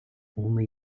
only